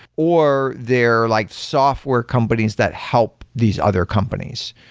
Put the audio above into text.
or they're like software companies that help these other companies.